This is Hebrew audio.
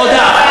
תודה.